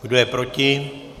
Kdo je proti?